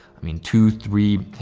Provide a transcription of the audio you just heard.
i mean two, three,